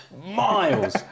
miles